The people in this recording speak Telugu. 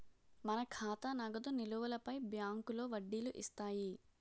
మన ఖాతా నగదు నిలువులపై బ్యాంకులో వడ్డీలు ఇస్తాయి